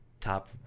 Top